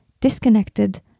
disconnected